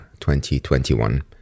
2021